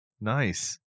Nice